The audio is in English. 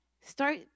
start